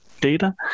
data